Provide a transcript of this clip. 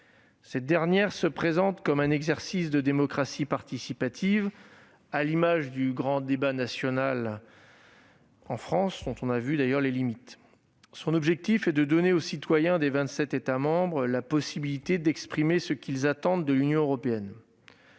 Cette conférence se présente comme un exercice de démocratie participative, à l'image du grand débat national en France, dont on a vu, d'ailleurs, les limites. Son objectif est de donner aux citoyens des 27 États membres la possibilité d'exprimer ce qu'ils attendent de l'Union européenne.